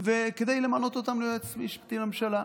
כדי למנות אותם ליועץ המשפטי לממשלה.